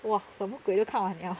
!wah! 什么鬼都看完了